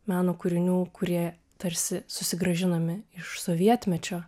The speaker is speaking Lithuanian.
meno kūrinių kurie tarsi susigrąžinami iš sovietmečio